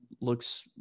looks